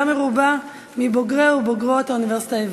מרובה מבוגרי ובוגרות האוניברסיטה העברית.